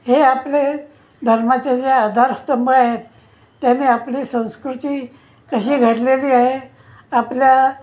हे आपले धर्माचे जे आधारस्तंभ आहेत त्याने आपली संस्कृती कशी घडलेली आहे आपल्या